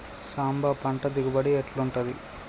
సాంబ పంట దిగుబడి ఎట్లుంటది?